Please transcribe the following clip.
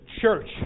church